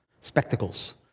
spectacles